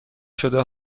شده